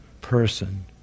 person